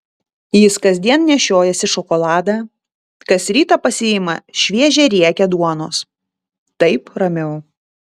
jis kasdien nešiojasi šokoladą kas rytą pasiima šviežią riekę duonos taip ramiau